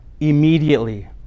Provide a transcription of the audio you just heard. immediately